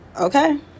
Okay